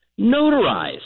notarized